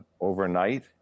overnight